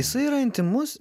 jisai yra intymus